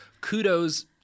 kudos